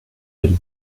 elle